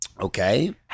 Okay